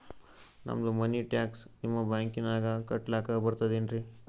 ನಮ್ದು money tax ನಿಮ್ಮ ಬ್ಯಾಂಕಿನಾಗ ಕಟ್ಲಾಕ ಬರ್ತದೇನ್ರಿ?